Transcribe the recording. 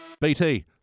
BT